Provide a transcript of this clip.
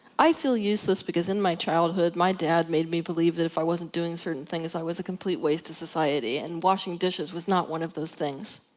i feel useless because in my childhood my dad made me believe that if i wasn't doing certain things, i was a complete waste to society and washing dishes was not one of those things.